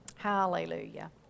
Hallelujah